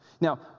Now